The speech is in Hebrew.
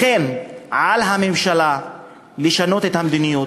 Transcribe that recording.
לכן על הממשלה לשנות את המדיניות.